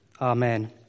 Amen